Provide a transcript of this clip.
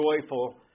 joyful